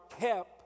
kept